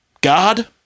God